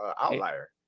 outlier